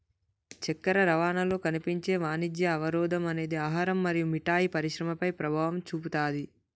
చక్కెర రవాణాలో కనిపించే వాణిజ్య అవరోధం అనేది ఆహారం మరియు మిఠాయి పరిశ్రమపై ప్రభావం చూపుతాది